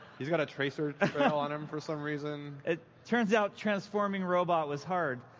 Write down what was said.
he's got a tracer trail on him, for some reason. it turns out transforming robot was hard.